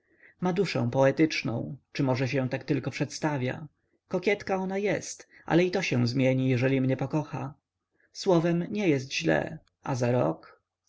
ma duszę poetyczną czy może tak się tylko przedstawia kokietka ona jest ale i to się zmieni jeżeli mnie pokocha słowem nie jest źle a za rok